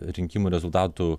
rinkimų rezultatų